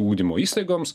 ugdymo įstaigoms